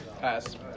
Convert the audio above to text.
Pass